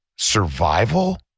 Survival